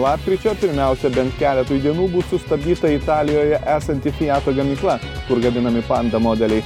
lapkričio pirmiausia bent keletui dienų bus sustabdyta italijoje esanti fiat gamykla kur gaminami panda modeliai